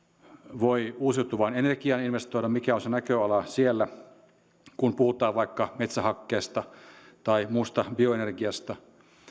voi uusiutuvaan energiaan investoida mikä on se näköala siellä kun puhutaan vaikka metsähakkeesta tai muusta bioenergiasta